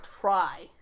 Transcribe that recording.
try